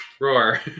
Roar